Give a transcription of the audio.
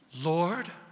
Lord